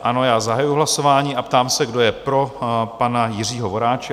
Ano, zahajuji hlasování a ptám se, kdo je pro pana Jiřího Voráče?